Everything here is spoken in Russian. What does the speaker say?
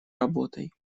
работой